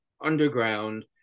underground